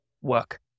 work